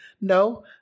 No